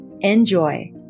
Enjoy